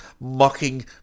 mocking